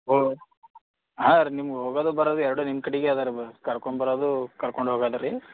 ಓ ಹಾಂ ರೀ ನಿಮ್ಗೆ ಹೋಗೋದು ಬರೋದು ಎರಡೂ ನಿಮ್ಮ ಕಡೆಗೇ ಅದಾ ರೀ ಬ ಕರ್ಕೊಂಬರೋದು ಕರ್ಕೊಂಡ್ ಹೋಗೋದ್ ರೀ